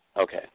Okay